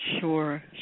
Sure